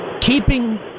keeping